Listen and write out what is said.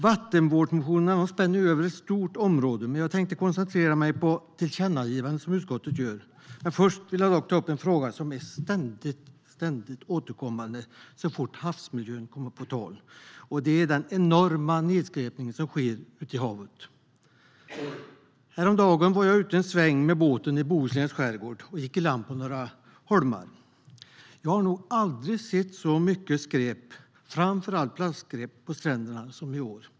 Vattenvårdsmotionerna spänner över ett stort område, men jag tänkte koncentrera mig på det tillkännagivande som utskottet gör. Först vill jag dock ta upp en fråga som är ständigt återkommande så fort havsmiljön kommer på tal, och det är den enorma nedskräpning som sker i havet. Häromdagen var jag ute en sväng med båten i Bohusläns skärgård och gick iland på några holmar. Jag har nog aldrig sett så mycket skräp, framför allt plastskräp, på stränderna som i år.